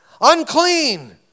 unclean